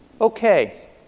Okay